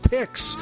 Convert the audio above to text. Picks